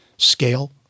Scale